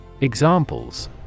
Examples